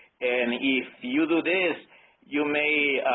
and if you do this you may